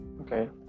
Okay